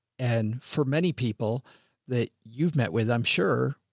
and for many people that you've met with, i'm sure.